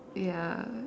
ya